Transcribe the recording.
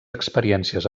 experiències